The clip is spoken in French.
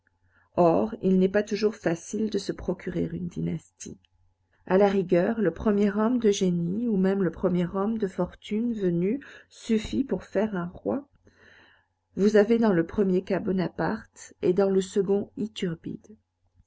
or il n'est pas toujours facile de se procurer une dynastie à la rigueur le premier homme de génie ou même le premier homme de fortune venu suffit pour faire un roi vous avez dans le premier cas bonaparte et dans le second iturbide